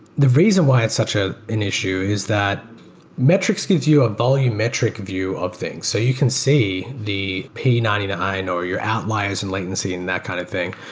the reason why it's such ah an issue is that metrics gives you a volumetric view of things. so you can see the p nine nine, or your outliers and latency and that kind of thing.